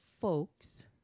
folks